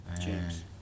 James